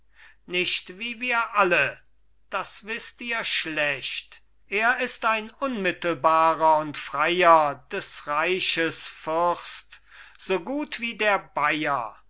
nicht wie wir alle das wißt ihr schlecht er ist ein unmittelbarer und freier des reiches fürst so gut wie der bayer